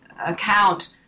account